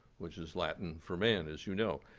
which is latin for man, as you know.